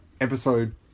episode